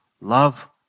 love